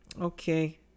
Okay